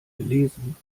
gelesen